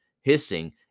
hissing